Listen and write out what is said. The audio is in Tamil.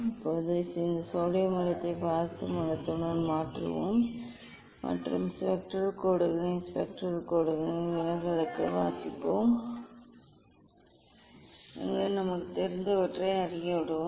இப்போது இந்த சோடியம் மூலத்தை பாதரச மூலத்துடன் மாற்றுவோம் மற்றும் ஸ்பெக்ட்ரல் கோடுகளின் ஸ்பெக்ட்ரல் கோடுகளின் விலகலுக்கு வாசிப்போம் மேலும் ஸ்பெக்ட்ரல் கோடுகள் அலைநீளங்கள் நமக்குத் தெரிந்தவற்றிலிருந்து அறியப்படுகின்றன